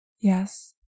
Yes